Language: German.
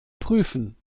prüfen